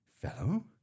Fellow